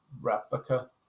replica